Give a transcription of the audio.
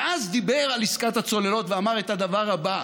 ואז דיבר על עסקת הצוללות ואמר את הדבר הבא: